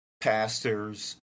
pastors